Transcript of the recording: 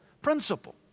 principle